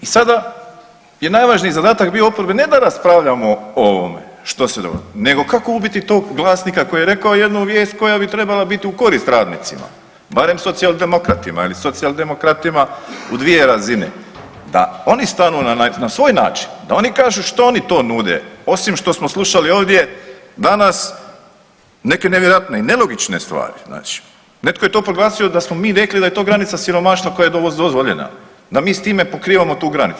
I sada je najvažnijih zadatak bio oporbe ne da raspravljamo o ovome što se dogodilo nego kako ubiti tog glasnika koji je rekao jednu vijest koja bi trebala biti u korist radnicima, barem socijaldemokratima ili socijaldemokratima u dvije razine da oni stanu na svoj način, da oni kažu što oni to nude osim što smo slušali ovdje danas neke nevjerojatne i nelogične stvari, znači netko je to proglasio da smo mi rekli da je to granica siromaštva koja je dozvoljena, da mi s time pokrivamo tu granicu.